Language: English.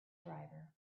driver